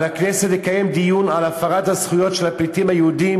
על הכנסת לקיים דיון על הפרת הזכויות של הפליטים היהודים